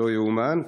לא ייאמן.